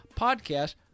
podcast